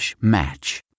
match